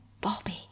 Bobby